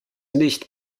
nicht